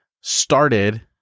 started